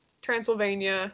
Transylvania